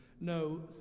No